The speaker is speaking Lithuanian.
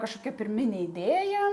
kažkokia pirminė idėja